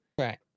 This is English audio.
Right